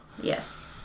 Yes